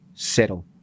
settle